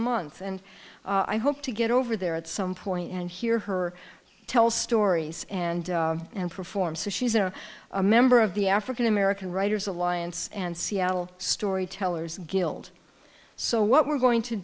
month and i hope to get over there at some point and hear her tell stories and and perform so she's a member of the african american writers alliance and seattle storytellers guild so what we're going to